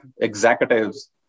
executives